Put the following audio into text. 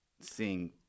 seeing